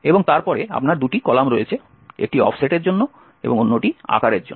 এবং তারপরে আপনার দুটি কলাম রয়েছে একটি অফসেটের জন্য এবং অন্যটি আকারের জন্য